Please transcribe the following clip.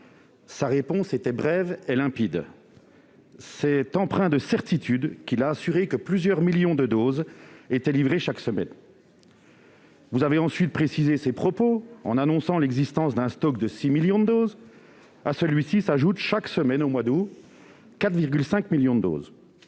Sa réponse a été brève est limpide et c'est empreint de certitudes qu'il a assuré que plusieurs millions de doses étaient livrées chaque semaine. Vous avez ensuite précisé ses propos en annonçant l'existence d'un stock de 6 millions de doses, stocks auquel s'ajouteront, chaque semaine au mois d'août, 4,5 millions de doses.